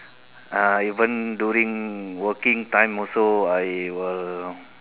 uh even during working time also I will